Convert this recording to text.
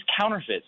counterfeits